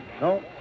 No